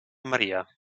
maria